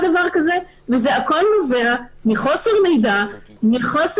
ולכן גם הממשלה יכולה לבקש מהכנסת לבטל